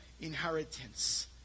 inheritance